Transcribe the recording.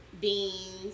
beans